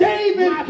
David